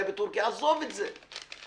עזוב את זה,